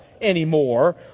anymore